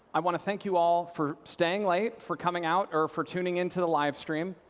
i want to thank you all for staying late, for coming out or for tuning into the live stream,